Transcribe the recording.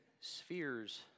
spheres